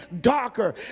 darker